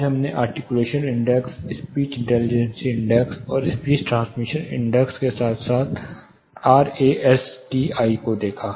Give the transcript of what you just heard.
आज हमने articulation index speech intelligence index और स्पीच ट्रांसमिशन इंडेक्स के साथ साथ आरएएसटीआई को देखा